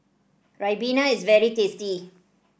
Ribena is very tasty